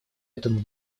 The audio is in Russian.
этому